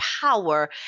power